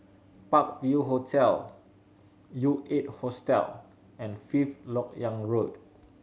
Park View Hotel U Eight Hostel and Fifth Lok Yang Road